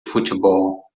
futebol